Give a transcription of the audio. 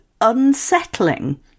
unsettling